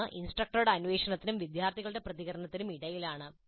ഒന്ന് ഇൻസ്ട്രക്ടറുടെ അന്വേഷണത്തിനും വിദ്യാർത്ഥികളുടെ പ്രതികരണത്തിനും ഇടയിലാണ്